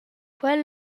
quel